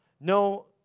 No